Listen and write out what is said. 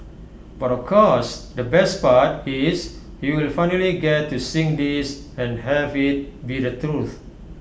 but of course the best part is you'll finally get to sing this and have IT be the truth